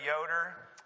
Yoder